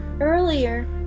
Earlier